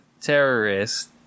terrorist